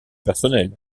personnel